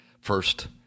first